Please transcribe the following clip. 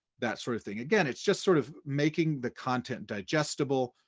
that sort of thing. again, it's just sort of making the content digestible,